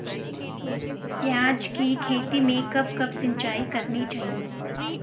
प्याज़ की खेती में कब कब सिंचाई करनी चाहिये?